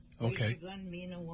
okay